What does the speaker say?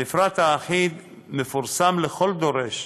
המפרט האחיד מפורסם לכל דורש,